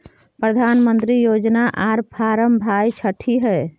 प्रधानमंत्री योजना आर फारम भाई छठी है?